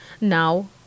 Now